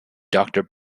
doctor